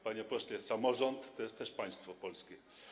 Panie pośle, samorząd to jest też państwo polskie.